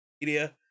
media